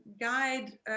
guide